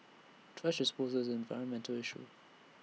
thrash disposal is an environmental issue